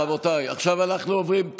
רבותיי, עכשיו אנחנו עוברים.